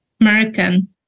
American